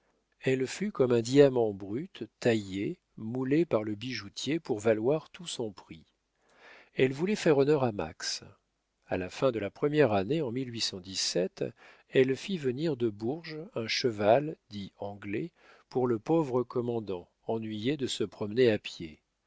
elle fut comme un diamant brut taillé monté par le bijoutier pour valoir tout son prix elle voulait faire honneur à max a la fin de la première année en elle fit venir de bourges un cheval dit anglais pour le pauvre commandant ennuyé de se promener à pied